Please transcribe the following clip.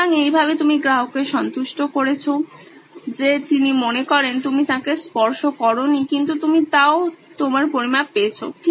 সুতরাং এইভাবে তুমি গ্রাহককে সন্তুষ্ট করেছো যে তিনি মনে করেন তুমি তাঁকে স্পর্শ করোনি কিন্তু তুমি তাও তোমার পরিমাপ পেয়েছো